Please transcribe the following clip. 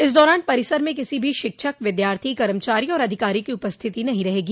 इस दौरान परिसर में किसी भी शिक्षक विद्यार्थी कर्मचारी और अधिकारी की उपस्थिति नहीं रहेगी